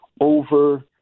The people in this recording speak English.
over